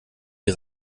die